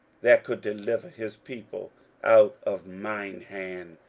that could deliver his people out of mine hand,